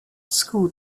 school